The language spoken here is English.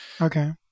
Okay